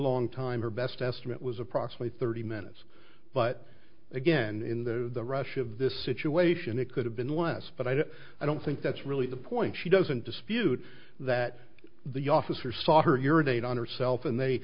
long time your best estimate was approximately thirty minutes but again in the rush of this situation it could have been less but i don't i don't think that's really the point she doesn't dispute that the officer saw her here date on herself and they